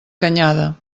canyada